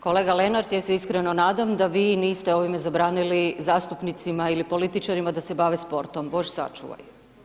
Kolega Lenart ja se iskreno nadam da vi niste ovima zabranili zastupnicima ili političarima da se bave sportom, bože sačuvaj.